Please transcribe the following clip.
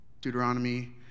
Deuteronomy